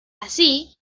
así